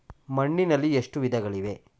ಮಣ್ಣಿನಲ್ಲಿ ಎಷ್ಟು ವಿಧಗಳಿವೆ?